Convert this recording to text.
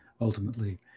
ultimately